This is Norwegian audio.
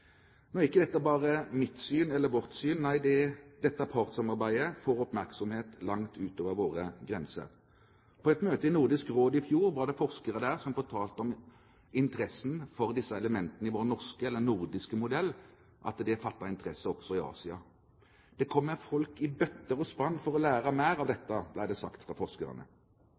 Nå er ikke dette bare mitt syn eller vårt syn – nei, dette partssamarbeidet får oppmerksomhet langt utover våre grenser. På et møte i Nordisk Råd i fjor var det forskere som fortalte at det var fattet interesse for disse elementene i vår norske – eller nordiske – modell også i Asia. Det kommer folk i bøtter og spann for å lære mer om dette, ble det sagt av forskerne.